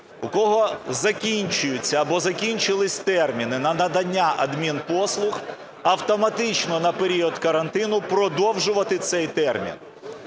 у кого закінчуються або закінчилися терміни на надання адмінпослуг, автоматично на період карантину продовжувати цей термін.